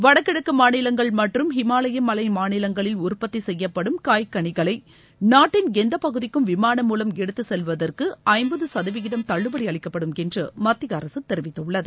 வடகிழக்கு மாநிலங்கள் மற்றும் இமாலய மலை மாநிலங்களில் உற்பத்தி செய்யப்படும் காய் களிகளை நாட்டின் எந்தப் பகுதிக்கும் விமானம் மூலம் எடுத்துச் செல்வதற்கு ஐம்பது சதவிகிதம் தள்ளுபடி அளிக்கப்படும் என்று மத்திய அரசு தெரிவித்துள்ளது